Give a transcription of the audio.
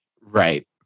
Right